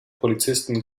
polizisten